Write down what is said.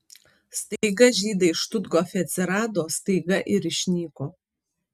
staiga žydai štuthofe atsirado staiga ir išnyko